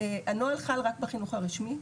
הנוהל חל רק בחינוך הרשמי.